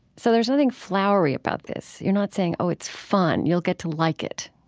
so there's nothing flowery about this. you're not saying, oh, it's fun, you'll get to like it,